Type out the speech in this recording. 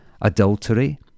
adultery